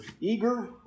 eager